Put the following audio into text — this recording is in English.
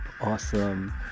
awesome